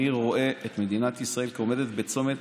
אני רואה את מדינת ישראל כעומדת בצומת,